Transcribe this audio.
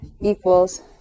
equals